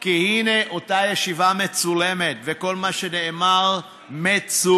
כי הינה, אותה ישיבה מצולמת, וכל מה שנאמר מצולם.